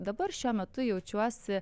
dabar šiuo metu jaučiuosi